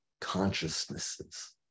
consciousnesses